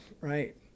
right